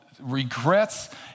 regrets